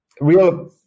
real